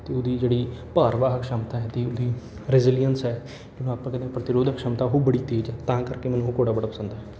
ਅਤੇ ਉਹਦੀ ਜਿਹੜੀ ਭਾਰ ਵਾਹਕ ਸ਼ਮਤਾ ਹੈ ਅਤੇ ਉਹਦੀ ਰੈਜ਼ੀਲੀਅੰਸ ਹੈ ਜਿਹਨੂੰ ਆਪਾਂ ਕਹਿੰਦੇ ਪ੍ਰਤੀਰੋਧਕ ਸ਼ਮਤਾ ਉਹ ਬੜੀ ਤੇਜ਼ ਹੈ ਤਾਂ ਕਰਕੇ ਮੈਨੂੰ ਉਹ ਘੋੜਾ ਬੜਾ ਪਸੰਦ ਹੈ